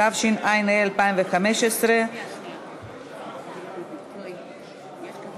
התשע"ה 2015. חבר